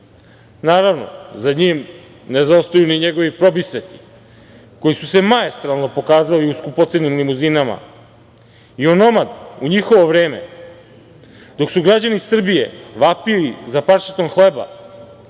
Naravno, za njim ne zaostaju ni njegovi probisveti koji su se maestralno pokazali u skupocenim limuzinama i onomad u njihovo vreme, dok su građani Srbije vapili za parčetom hleba,